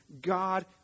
God